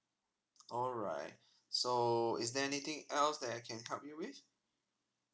alright so is there anything else that I can help you with